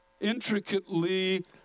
intricately